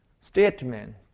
statement